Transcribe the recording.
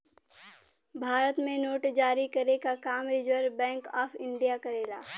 भारत में नोट जारी करे क काम रिज़र्व बैंक ऑफ़ इंडिया करेला